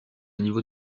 niveaux